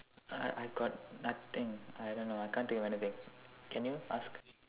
uh I I've got nothing I don't know I can't think of anything can you ask